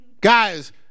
Guys